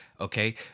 Okay